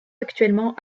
actuellement